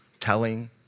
Telling